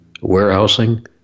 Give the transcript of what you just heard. warehousing